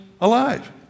alive